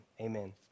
Amen